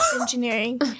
engineering